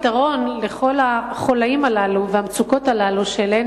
הפתרון לכל החוליים הללו והמצוקות הללו שאליהם